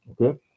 Okay